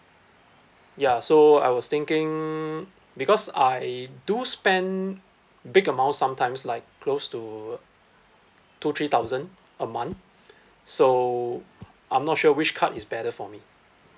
ya so I was thinking because I do spend big amount sometimes like close to two three thousand a month so I'm not sure which card is better for me